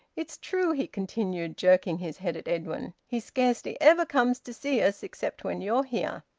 it's true, he continued, jerking his head at edwin. he scarcely ever comes to see us, except when you're here.